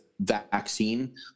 vaccine